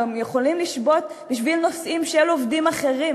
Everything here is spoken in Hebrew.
הם גם יכולים לשבות בשביל נושאים של עובדים אחרים.